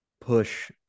push